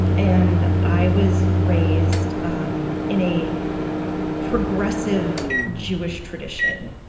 and i was raised um in a progressive jewish tradition,